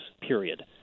period